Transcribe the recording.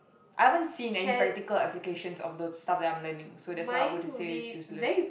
I haven't seen any practical applications of the stuff that I'm learning so that's why I would to say it's useless